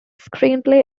screenplay